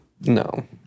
no